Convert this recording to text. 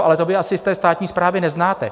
Ale to vy asi v té státní správě neznáte.